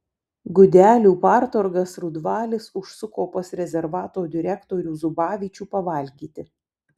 gudelių partorgas rudvalis užsuko pas rezervato direktorių zubavičių pavalgyti